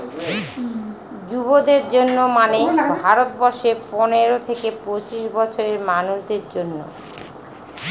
যুবদের জন্য মানে ভারত বর্ষে পনেরো থেকে পঁচিশ বছরের মানুষদের জন্য